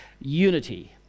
unity